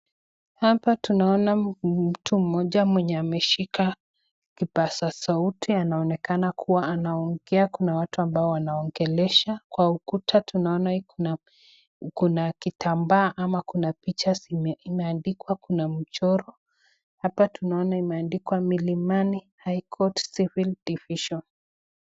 Hapa tunaona mtu mmoja mwenya ameshika kipaza sauti anaonekana kua anaongea, kuna watu ambao anaongelesha. Kwa ukuta tunaona kuna kitamba ama kuna picha imeandikwa, kuna mchoro. Hapa tunaona imeandikwa Milimani High Court Civil Division.